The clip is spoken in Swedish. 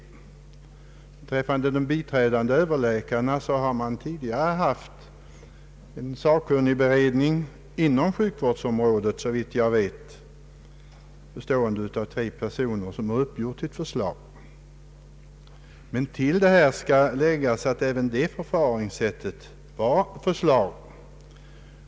Beträffande de biträdande överläkarna har hittills en sakkunnig beredning inom sjukvårdsområdet, såvitt jag vet, bestående av tre personer haft att på förslag uppföra de tre främsta av de sökande.